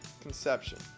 conception